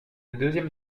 deuxième